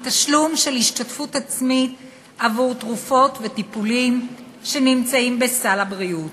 מתשלום של השתתפות עצמית עבור תרופות וטיפולים שנמצאים בסל הבריאות.